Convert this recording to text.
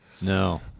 No